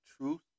truth